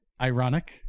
Ironic